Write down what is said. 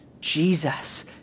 Jesus